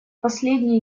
последние